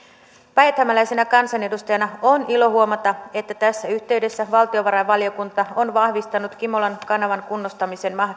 päijäthämäläisenä kansanedustajana on ilo huomata että tässä yhteydessä valtiovarainvaliokunta on vahvistanut kimolan kanavan kunnostamisen